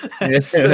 Yes